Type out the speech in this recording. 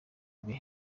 bihe